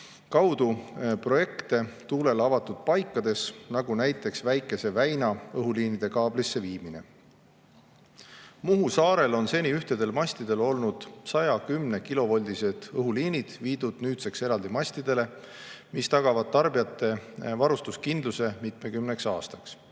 kaudu projekte tuulele avatud paikades, nagu näiteks Väikeses väinas, kus viiakse õhuliinid kaablisse. Muhu saarel on seni ühtedel mastidel olnud 110-kilovoldised õhuliinid viidud nüüdseks eraldi mastidele, mis tagavad tarbijate varustuskindluse mitmekümneks aastaks.